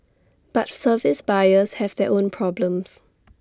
but service buyers have their own problems